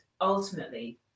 ultimately